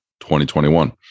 2021